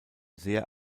sehr